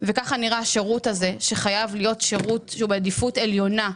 וככה נראה השירות הזה שחייב להיות שירות שהוא בעדיפות עליונה.